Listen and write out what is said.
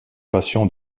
patients